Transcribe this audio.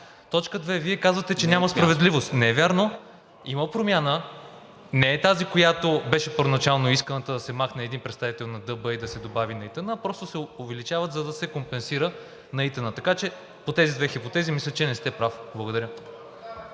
Точка две. Вие казвате, че няма справедливост. Не е вярно, има промяна. Не е тази, която беше първоначално исканата, да се махне един представител на ДБ и да се добави на ИТН, а просто се увеличават, за да се компенсират на ИТН. Така че по тези две хипотези, мисля, че не сте прав. Благодаря.